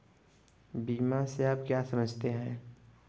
बीमा से आप क्या समझते हैं?